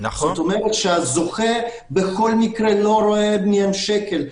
כלומר הזוכה בכל מקרה לא רואה מהם שקל,